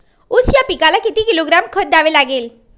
ऊस या पिकाला किती किलोग्रॅम खत द्यावे लागेल?